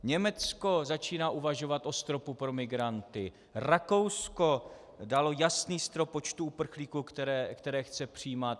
Německo začíná uvažovat o stropu pro migranty, Rakousko dalo jasný strop počtu uprchlíků, které chce přijímat.